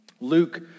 Luke